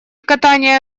катание